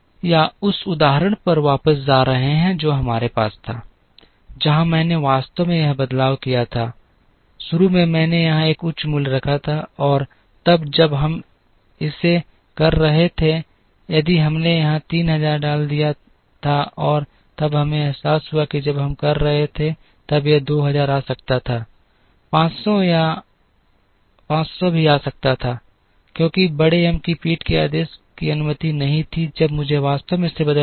या उस उदाहरण पर वापस जा रहे हैं जो हमारे पास था जहां मैंने वास्तव में यहां बदलाव किया था शुरू में मैंने यहां एक उच्च मूल्य रखा था और तब जब हम इसे कर रहे थे यदि हमने यहां 3000 डाल दिया था और तब हमें एहसास हुआ कि जब हम कर रहे थे तब यह 2000 आ सकता था 500 आ सकते थे क्योंकि बड़े एम की पीठ के आदेश की अनुमति नहीं थी जब मुझे वास्तव में इसे बदलना पड़ा